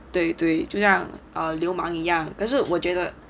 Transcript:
对对就像 err 流氓一样可是我觉得